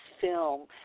film